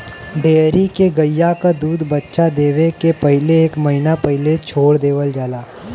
dairy के गइया क दूध बच्चा देवे के पहिले एक महिना पहिले छोड़ देवल जाला